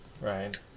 Right